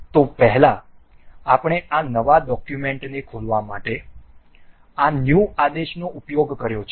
તો પહેલા આપણે નવા ડોક્યુમેન્ટને ખોલવા માટે આ ન્યુ આદેશનો ઉપયોગ કર્યો છે